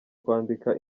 kwandika